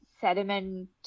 sediment